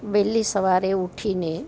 વહેલી સવારે ઊઠીને